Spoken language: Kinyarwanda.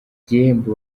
gihembo